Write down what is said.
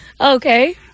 okay